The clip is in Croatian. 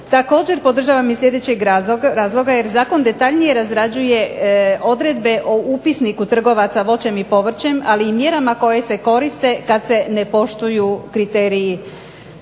Također podržavam iz sljedećeg razloga jer zakon detaljnije razrađuje odredbe o upisniku trgovaca voćem i povrćem, ali i mjerama koje se koriste kad se ne poštuju kriteriji